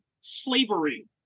slavery